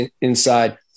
inside